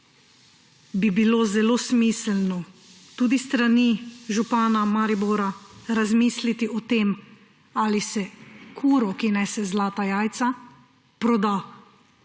bi bilo zelo smiselno tudi s strani župana Maribora razmisliti o tem, ali se kuro, ki nese zlata jajca, proda.